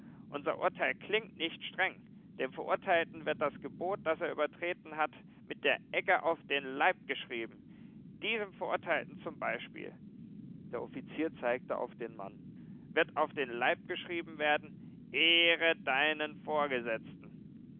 unser urteil klingt nicht streng dem verurteilten wird das gebot das er übertreten hat mit der egge auf den leib geschrieben diesem verurteilten zum beispiel der offizier zeigte auf den mann wird auf den leib geschrieben werden ehre deinen vorgesetzten